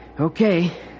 Okay